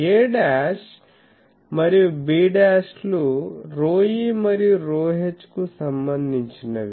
aమరియు b లు ρe మరియు ρh కు సంబంధించినవి